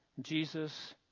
Jesus